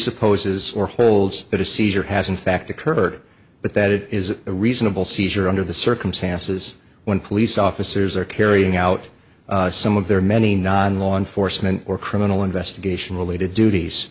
supposes or holds that a seizure has in fact occurred but that it is a reasonable seizure under the circumstances when police officers are carrying out some of their many non law enforcement or criminal investigation related duties